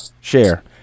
Share